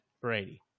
brady